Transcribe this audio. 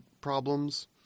problems